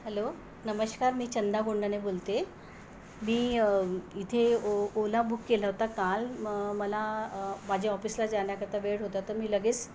hello नमस्कार मी चंदा गोंडाने बोलते मी इथे ओ ओला बुक केला होता काल म मला माझ्या ऑफिसला जाण्याकरता वेळ होता तर मी लगेच